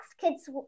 kids